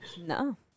No